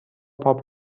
پاپ